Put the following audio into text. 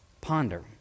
Ponder